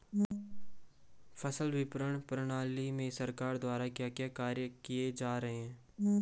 फसल विपणन प्रणाली में सरकार द्वारा क्या क्या कार्य किए जा रहे हैं?